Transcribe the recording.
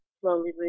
slowly